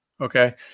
okay